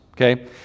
okay